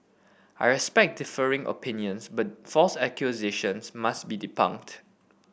I respect differing opinions but false accusations must be debunked